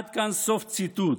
עד כאן סוף ציטוט.